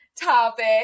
topic